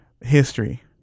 history